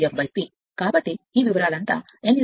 కాబట్టి ఈ వివరాలు అంతా n rotor speed 1 S n కాబట్టి 1 0